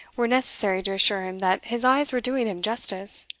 were necessary to assure him that his eyes were doing him justice.